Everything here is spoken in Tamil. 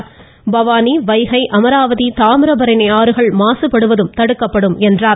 இதேபோல் பவானி வைகை அமராவதி தாமிரபரணி ஆறுகள் மாசுபடுவதும் தடுக்கப்படும் என்றார்